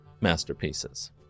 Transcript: masterpieces